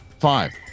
Five